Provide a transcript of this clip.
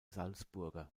salzburger